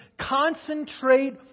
concentrate